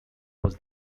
was